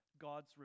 God's